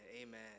Amen